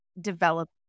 develop